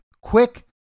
quick